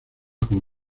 con